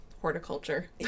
horticulture